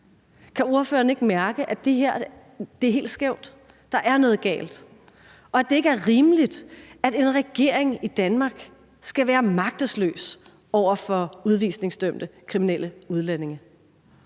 Kan ordføreren ikke mærke, at det her er helt skævt, at der er noget galt, og at det ikke er rimeligt, at en regering i Danmark skal være magtesløs over for udvisningsdømte kriminelle udlændinge?